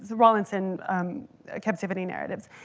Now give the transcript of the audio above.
rowlandson captivity narratives.